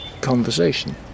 conversation